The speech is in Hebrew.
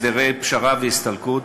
הסדרי פשרה והסתלקות),